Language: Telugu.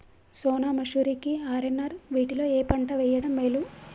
సోనా మాషురి కి ఆర్.ఎన్.ఆర్ వీటిలో ఏ పంట వెయ్యడం మేలు?